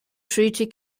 treaty